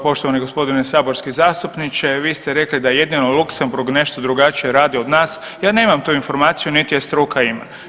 Poštovani gospodine saborski zastupniče, vi ste rekli da jedino Luksemburg nešto drugačije radi od nas, ja nemam tu informaciju, niti je struka ima.